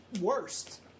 worst